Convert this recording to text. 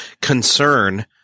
concern